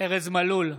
ארז מלול,